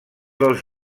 dels